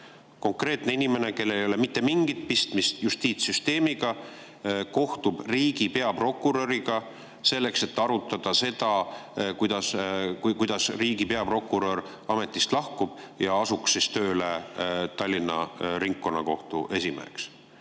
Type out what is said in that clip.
Konkreetne inimene, kellel ei ole mitte mingit pistmist justiitssüsteemiga, kohtub riigi peaprokuröriga selleks, et arutada, kuidas riigi peaprokurör ametist lahkuks ja asuks tööle Tallinna Ringkonnakohtu esimehena. Ma